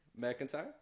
McIntyre